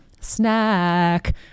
Snack